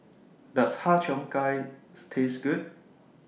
Does Har Cheong Gai Taste Good